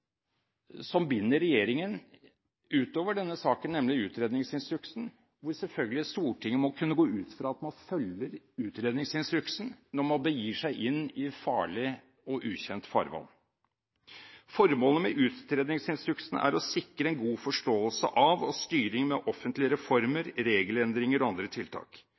som binder regjeringen utover denne saken, nemlig det som gjelder utredningsinstruksen. Stortinget må selvfølgelig kunne gå ut fra at man følger utredningsinstruksen når man begir seg ut i farlig og ukjent farvann. Formålet med utredningsinstruksen er å sikre en god forståelse av og styring med offentlige reformer, regelendringer og andre tiltak.